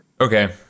Okay